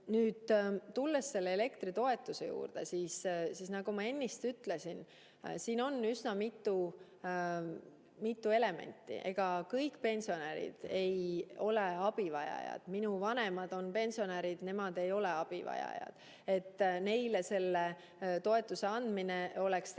ehk 200 euroni. Elektritoetuse juurde. Nagu ma ennist ütlesin, on siin üsna mitu elementi. Ega kõik pensionärid ei ole abivajajad. Minu vanemad on pensionärid, aga nemad ei ole abivajajad. Neile selle toetuse andmine tähendaks tegelikult